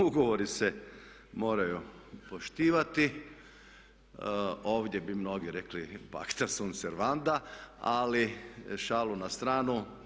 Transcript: Ugovori se moraju poštivati, ovdje bi mnogi rekli pacta sum servanda ali šalu na stranu.